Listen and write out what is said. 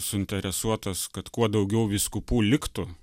suinteresuotas kad kuo daugiau vyskupų liktų